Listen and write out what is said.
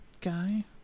guy